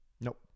Nope